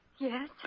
Yes